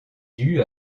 due